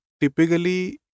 typically